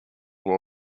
war